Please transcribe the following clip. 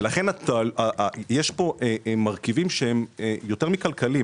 לכן, יש פה מרכיבים שהם יותר מכלכליים,